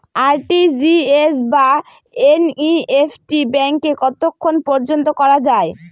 RTGS বা NEFT ব্যাংকে কতক্ষণ পর্যন্ত করা যায়?